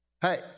Hey